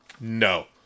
No